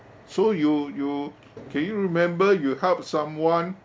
so you you can you remember you help someone